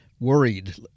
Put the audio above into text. worried